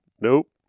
nope